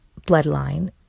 bloodline